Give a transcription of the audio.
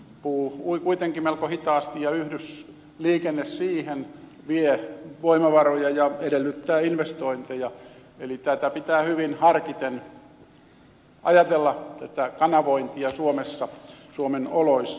puu ui kuitenkin melko hitaasti ja yhdysliikenne vie voimavaroja ja edellyttää investointeja eli kanavointia pitää hyvin harkiten ajatella suomessa suomen oloissa